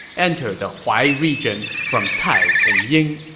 enter the huai region from cai and ying.